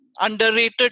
underrated